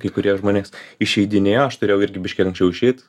kai kurie žmonės išeidinėjo aš turėjau irgi anksčiau išeit